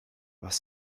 was